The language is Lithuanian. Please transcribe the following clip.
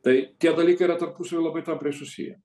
tai tie dalykai yra tarpusavy labai tampriai susiję